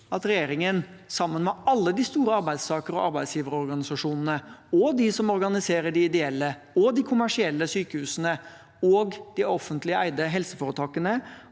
ringen, sammen med alle de store arbeidstaker- og arbeidsgiverorganisasjonene og de som organiserer de ideelle og de kommersielle sykehusene, og de offentlig eide helseforetakene